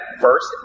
first